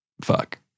fuck